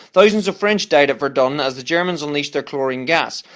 thousands of french died at verdun as the germans unleashed their chlorine gas.